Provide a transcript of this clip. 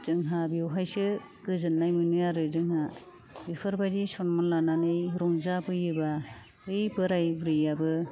जोंहा बेवहायसो गोजोन्नाय मोनो आरो जोंहा बेफोरबायदि सनमान लानानै रंजाबोयोबा बै बोराय बुरैयाबो